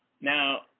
Now